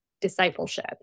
discipleship